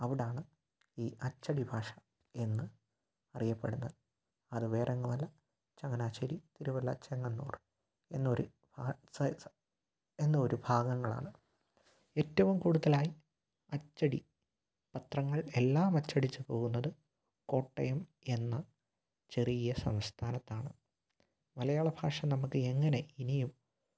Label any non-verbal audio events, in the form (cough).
അവിടെയാണ് ഈ അച്ചടിഭാഷ എന്ന് അറിയപ്പെടുന്നത് അത് വേറെ എങ്ങുമില്ല ചങ്ങനാശ്ശേരി തിരുവല്ല ചെങ്ങന്നൂര് എന്നൊരു (unintelligible) എന്നൊരു ഭാഗങ്ങളാണ് ഏറ്റവും കൂടുതലായി അച്ചടി പത്രങ്ങള് എല്ലാം അച്ചടിച്ചു പോകുന്നത് കോട്ടയം എന്ന ചെറിയ സംസ്ഥാനത്താണ് മലയാള ഭാഷ നമുക്ക് എങ്ങനെ ഇനിയും